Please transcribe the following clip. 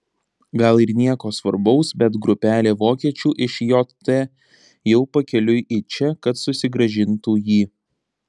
gal ir nieko svarbaus bet grupelė vokiečių iš jt jau pakeliui į čia kad susigrąžintų jį